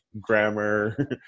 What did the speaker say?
grammar